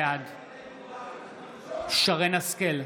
בעד שרן מרים השכל,